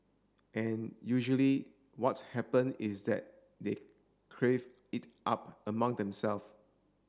and usually what's happen is that they crave it up among themself